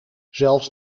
zelfs